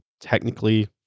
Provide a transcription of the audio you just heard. technically